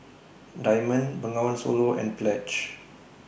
Diamond Bengawan Solo and Pledge